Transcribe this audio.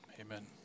amen